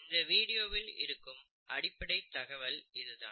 இந்த வீடியோவில் இருக்கும் அடிப்படைத் தகவல் இதுதான்